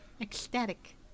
Ecstatic